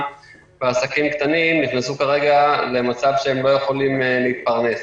בעסקים הקטנים נכנסו כרגע למצב שהם לא יכולים להתפרנס.